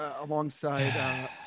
alongside